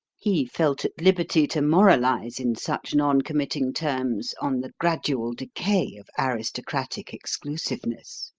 he felt at liberty to moralise in such non-committing terms on the gradual decay of aristocratic exclusiveness.